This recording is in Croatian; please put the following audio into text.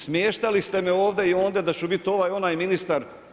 Smještali ste me ovdje i ondje da ću biti ovaj ili onaj ministar.